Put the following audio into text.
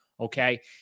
Okay